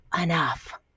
enough